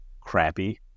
crappy